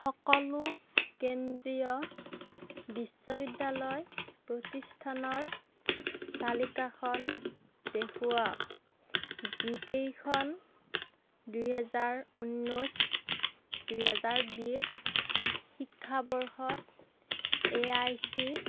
সকলো কেন্দ্ৰীয় বিশ্ববিদ্যালয় প্ৰতিষ্ঠানৰ তালিকাখন দেখুৱাওক যিকেইখন দুহেজাৰ ঊনৈছ দুহেজাৰ বিছ শিক্ষাবৰ্ষত এ আই চি